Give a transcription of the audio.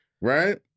right